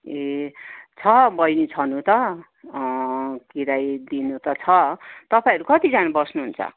ए छ बहिनी छन् नि त किराया दिनु त छ तपाईँहरू कतिजना बस्नु हुन्छ